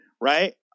Right